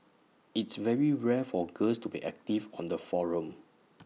it's very rare for girls to be active on the forum